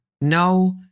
no